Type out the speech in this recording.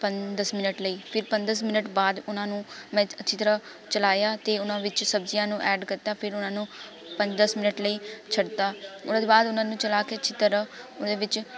ਪੰਜ ਦਸ ਮਿਨਟ ਲਈ ਫਿਰ ਪੰਜ ਦਸ ਮਿਨਟ ਬਾਅਦ ਉਹਨਾਂ ਨੂੰ ਮੈਂ ਅੱਛੀ ਤਰ੍ਹਾਂ ਚਲਾਇਆ ਅਤੇ ਉਹਨਾਂ ਵਿੱਚ ਸਬਜ਼ੀਆਂ ਨੂੰ ਐਡ ਕਰਤਾ ਫਿਰ ਉਹਨਾਂ ਨੂੰ ਪੰਜ ਦਸ ਮਿਨਟ ਲਈ ਛੱਡਤਾ ਉਹਨਾਂ ਤੋਂ ਬਾਅਦ ਉਹਨਾਂ ਨੂੰ ਚਲਾ ਕੇ ਅੱਛੀ ਤਰ੍ਹਾਂ ਉਹਦੇ ਵਿੱਚ